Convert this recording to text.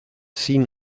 scene